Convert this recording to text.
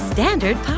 Standard